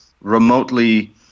remotely